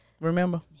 Remember